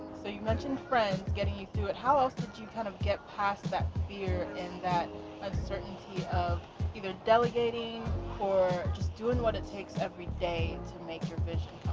so you mentioned friends getting you through it. how else did you kind of get past that fear and that uncertainty of either delegating or just doing what it takes every day to make your vision